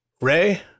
Ray